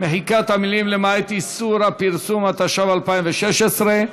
מחיקת המילים "למעט איסור הפרסום"), התשע"ו 2016,